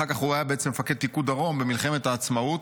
אחר כך הוא היה מפקד פיקוד דרום במלחמת העצמאות.